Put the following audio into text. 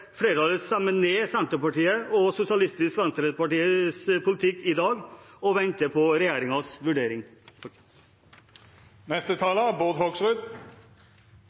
flertallet stemmer ned Senterpartiets og Sosialistisk Venstrepartis politikk i dag og venter på regjeringens vurdering.